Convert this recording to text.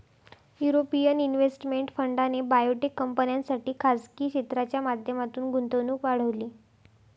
European Investment फंडाने biotech कंपन्यांसाठी खासगी क्षेत्राच्या माध्यमातून गुंतवणूक वाढवली